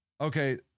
okay